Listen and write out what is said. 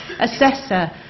assessor